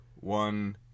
one